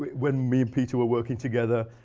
when me and peter were working together,